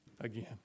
again